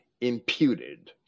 imputed